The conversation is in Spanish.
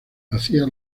hacía